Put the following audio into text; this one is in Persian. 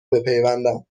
بپیوندم